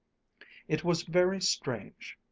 it was very strange.